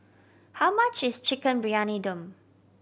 how much is Chicken Briyani Dum